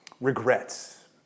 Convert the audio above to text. regrets